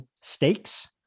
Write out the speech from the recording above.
stakes